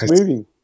moving